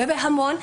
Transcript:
ובהמון מהם.